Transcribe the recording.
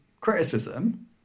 criticism